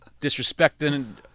disrespecting